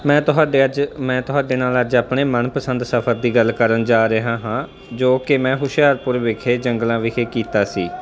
ਮੈਂ ਤੁਹਾਡੇ ਅੱਜ ਮੈਂ ਤੁਹਾਡੇ ਨਾਲ ਅੱਜ ਆਪਣੇ ਮਨਪਸੰਦ ਸਫ਼ਰ ਦੀ ਗੱਲ ਕਰਨ ਜਾ ਰਿਹਾ ਹਾਂ ਜੋ ਕਿ ਮੈਂ ਹੁਸ਼ਿਆਰਪੁਰ ਵਿਖੇ ਜੰਗਲਾਂ ਵਿਖੇ ਕੀਤਾ ਸੀ